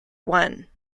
one